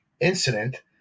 incident